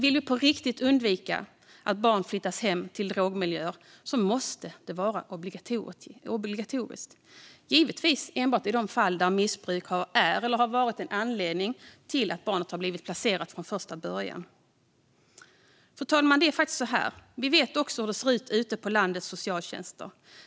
Vill vi på riktigt undvika att barn flyttas hem till drogmiljöer måste detta göras obligatoriskt. Det gäller givetvis enbart i de fall där missbruk är eller har varit en anledning till att barnet har varit placerat från första början. Fru talman! Vi vet hur det faktiskt ser ut ute på landets socialtjänster.